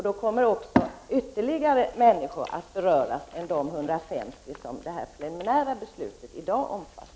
Då kommer ytterligare människor att beröras, utöver de 150 som det preliminära beslutet i dag omfattar.